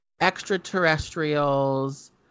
extraterrestrials